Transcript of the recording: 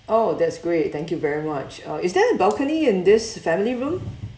oh that's great thank you very much uh is there a balcony in this family room